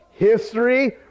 History